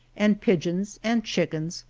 and pigeons, and chickens,